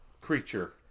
creature